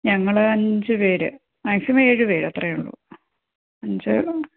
ഞങ്ങൾ അഞ്ച് പേർ മാക്സിമം ഏഴ് പേർ അത്രേയുള്ളൂ അഞ്ച്